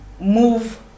move